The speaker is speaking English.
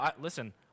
listen